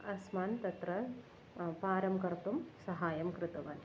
अस्मान् तत्र पारं कर्तुं सहाय्यं कृतवान्